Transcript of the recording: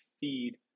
feed